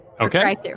okay